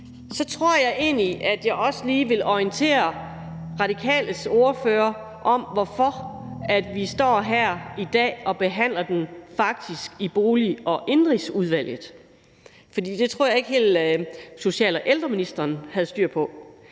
Så tror jeg egentlig, at jeg også lige vil orientere Radikale Venstres ordfører om, hvorfor vi faktisk står her i dag og behandler forslaget under Indenrigs- og Boligudvalget, for det tror jeg ikke helt at social- og ældreministeren havde styr på.